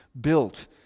built